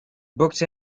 booked